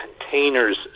containers